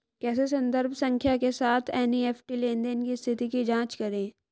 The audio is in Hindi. कैसे संदर्भ संख्या के साथ एन.ई.एफ.टी लेनदेन स्थिति की जांच करें?